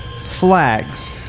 flags